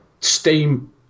Steam